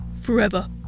forever